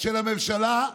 של הממשלה,